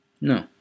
No